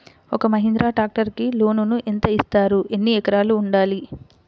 ఒక్క మహీంద్రా ట్రాక్టర్కి లోనును యెంత ఇస్తారు? ఎన్ని ఎకరాలు ఉండాలి?